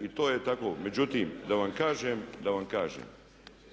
I to je tako. Međutim da vam kažem,